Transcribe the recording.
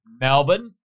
Melbourne